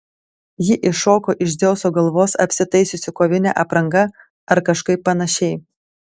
ji iššoko iš dzeuso galvos apsitaisiusi kovine apranga ar kažkaip panašiai